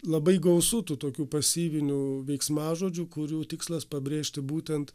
labai gausu tų tokių pasyvinių veiksmažodžių kurių tikslas pabrėžti būtent